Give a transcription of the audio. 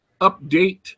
update